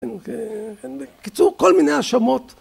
‫בקיצור, כל מיני האשמות.